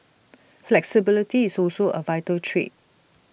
flexibility is also A vital trait